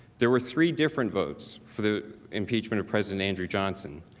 there were three different votes for the impeachment of president andrew johnson.